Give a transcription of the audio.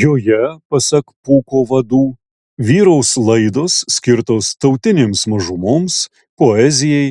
joje pasak pūko vadų vyraus laidos skirtos tautinėms mažumoms poezijai